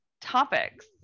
topics